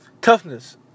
toughness